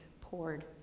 poured